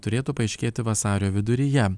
turėtų paaiškėti vasario viduryje